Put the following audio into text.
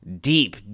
deep